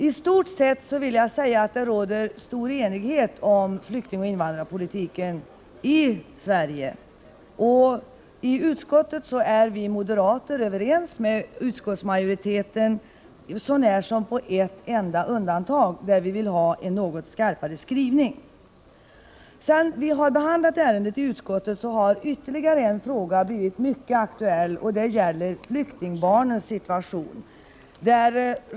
I stort sett råder det enighet om flyktingoch invandringspolitiken i Sverige. I utskottet är vi moderater överens med utskottsmajoriteten så när som på en punkt, där vi vill ha en något skarpare skrivning. 154 Sedan utskottet behandlat ärendet har ytterligare en fråga blivit mycket aktuell, nämligen flyktingbarnens situation.